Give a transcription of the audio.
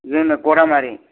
जोंना ग'रामारि